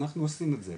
אנחנו עושים את זה,